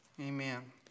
Amen